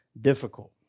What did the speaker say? difficult